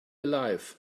alive